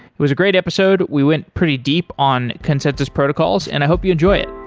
it was a great episode. we went pretty deep on consensus protocols, and i hope you enjoy it.